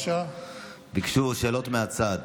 ביקשו שאלות מהצד,